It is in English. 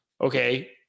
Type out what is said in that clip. okay